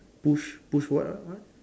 push push what what what